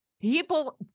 People